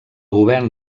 govern